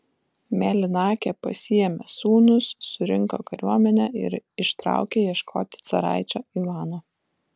mėlynakė pasiėmė sūnus surinko kariuomenę ir ištraukė ieškoti caraičio ivano